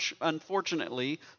unfortunately